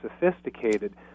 sophisticated